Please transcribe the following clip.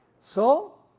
so